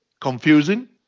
Confusing